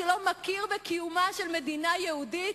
שלא מכיר בקיומה של מדינה יהודית,